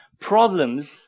problems